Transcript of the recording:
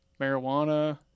marijuana